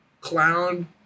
clown